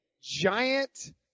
giant